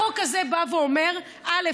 החוק הזה אומר: א.